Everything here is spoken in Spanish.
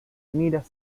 miras